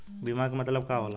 बीमा के मतलब का होला?